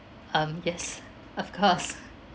um yes of course